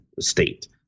state